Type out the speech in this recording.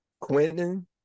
Quentin